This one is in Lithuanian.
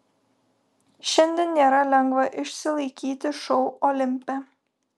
šiandien nėra lengva išsilaikyti šou olimpe